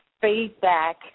feedback